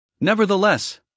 Nevertheless